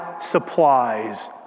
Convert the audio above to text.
supplies